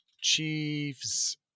Chiefs